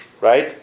Right